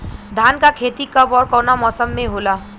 धान क खेती कब ओर कवना मौसम में होला?